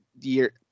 year